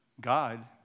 God